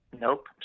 Nope